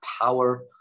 power